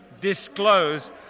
disclose